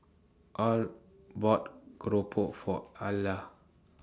Al bought Keropok For Alla